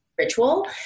ritual